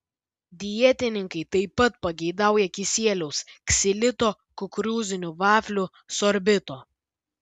dietininkai taip pat pageidauja kisieliaus ksilito kukurūzinių vaflių sorbito